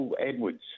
Edwards